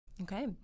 Okay